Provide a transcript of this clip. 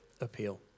Appeal